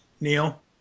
Neil